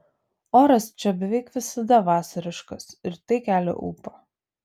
oras čia beveik visada vasariškas ir tai kelia ūpą